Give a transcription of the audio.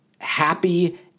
happy